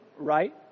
right